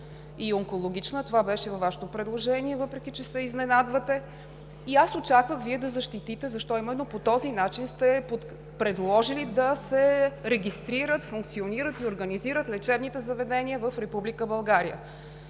и онкологична – това беше във Вашето предложение, въпреки че се изненадвате, и аз очаквах Вие да защитите защо именно по този начин сте предложили да се регистрират, функционират и организират лечебните заведения в